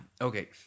okay